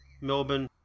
Melbourne